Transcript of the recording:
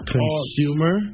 Consumer